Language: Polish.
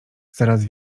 zaraz